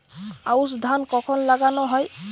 আউশ ধান কখন লাগানো হয়?